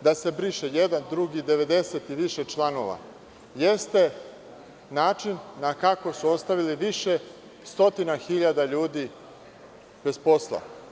da se briše jedan, drugi i 90 i više članova, jeste način na kakav su ostavili više stotina hiljada ljudi bez posla.